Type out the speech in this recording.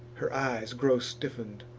her eyes grow stiffen'd,